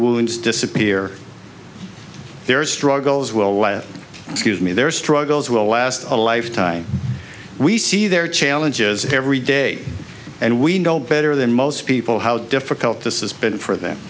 wounds disappear their struggles will excuse me their struggles will last a lifetime we see their challenges every day and we know better than most people how difficult this has been for them